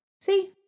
See